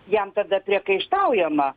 jam tada priekaištaujama